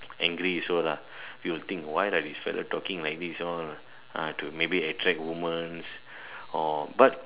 angry also lah this fellow talking like this all ah to maybe attract women or but